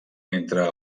entre